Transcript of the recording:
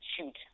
shoot